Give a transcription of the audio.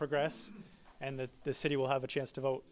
progress and that the city will have a chance to vote